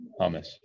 hummus